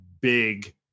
big